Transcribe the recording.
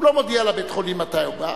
הוא לא מודיע לבית-החולים מתי הוא בא,